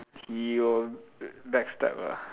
he will backstab ah